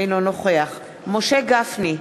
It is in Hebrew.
אינו נוכח משה גפני,